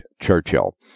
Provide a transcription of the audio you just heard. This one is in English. Churchill